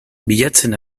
bilatzen